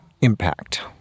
impact